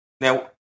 now